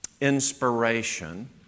inspiration